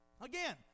Again